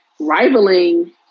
rivaling